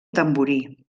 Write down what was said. tamborí